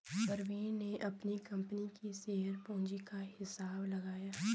प्रवीण ने अपनी कंपनी की शेयर पूंजी का हिसाब लगाया